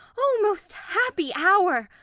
o most happy hour!